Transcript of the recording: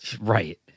right